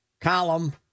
column